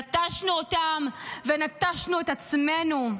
נטשנו אותן ונטשנו את עצמנו.